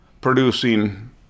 producing